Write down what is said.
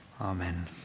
Amen